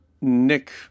Nick